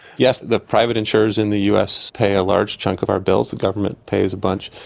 yes, the private insurers in the us pay a large chunk of our bills. the government pays a bunch.